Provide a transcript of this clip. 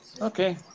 Okay